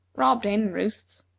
robbed hen-roosts,